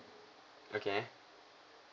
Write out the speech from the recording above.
okay